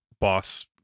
Boss